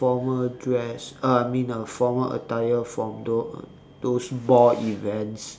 formal dress uh I mean a formal attire for tho~ those ball events